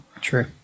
True